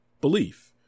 belief